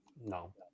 no